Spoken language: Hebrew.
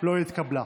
לא התקבלה.